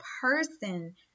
person